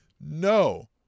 no